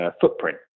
footprint